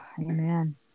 Amen